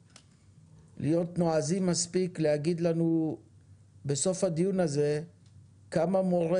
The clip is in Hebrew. להיות נועזים מספיק להגיד לנו בסוף הדיון הזה כמה מורי